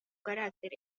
carácter